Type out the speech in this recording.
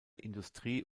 industrie